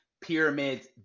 pyramids